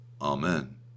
Amen